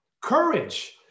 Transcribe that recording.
Courage